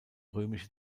römische